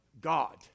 God